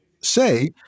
say-